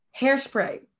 Hairspray